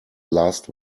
last